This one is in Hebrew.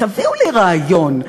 תביאו לי רעיון,